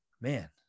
man